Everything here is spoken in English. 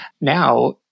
Now